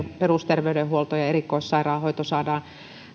perusterveydenhuolto ja erikoissairaanhoito saadaan